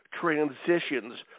transitions